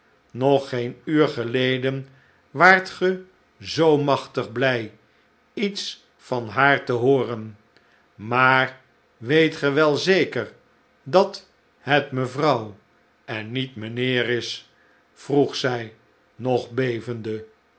nog geen uur geleden waart ge zoo machtig blij iets van haar te hooren maar weet ge wel zeker dat het mevrouw en niet mijnheer is vroeg zij nog bevende